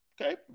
okay